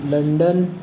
London